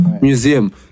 Museum